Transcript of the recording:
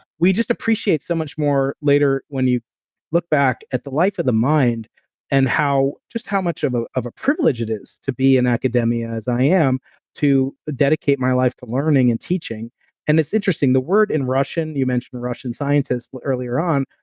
we just appreciate so much more later when you look back at the life of the mind and just how much of of a privilege it is to be an academia as i am to dedicate my life to learning and teaching and it's interesting, the word in russian, you mentioned russian scientist earlier on,